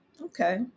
Okay